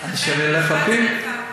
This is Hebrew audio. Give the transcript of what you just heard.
שאני הולך להפיל?